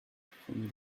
from